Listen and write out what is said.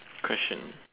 question